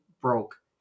broke